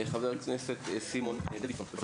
חבר הכנסת סימון דוידסון, בבקשה.